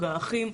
האחים.